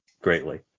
greatly